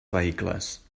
vehicles